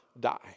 die